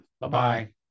Bye-bye